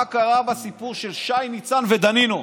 מה קרה בסיפור של שי ניצן ודנינו.